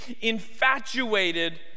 infatuated